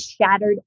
shattered